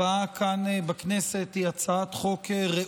שהתקינה גם ועדת החוקה בכנסת הקודמת על מנת להקל על חייבים,